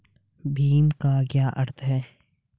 भीम का क्या अर्थ है?